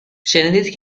شنیدین